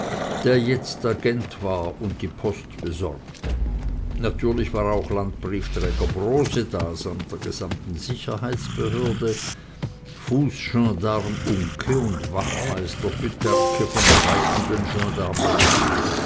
der jetzt agent war und die post besorgte natürlich war auch landbriefträger brose da samt der gesamten sicherheitsbehörde fußgensdarm uncke und wachtmeister pyterke von der reitenden